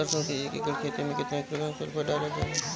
सरसों क एक एकड़ खेते में केतना किलोग्राम सल्फर डालल जाला?